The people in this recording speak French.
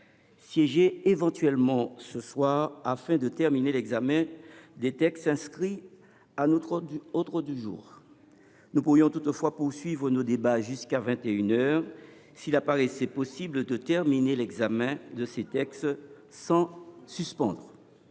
siéger éventuellement ce soir afin de terminer l’examen des textes inscrits à notre ordre du jour. Nous pourrions toutefois poursuivre nos débats jusqu’à vingt et une heures s’il apparaissait possible de terminer l’examen de ces textes sans suspendre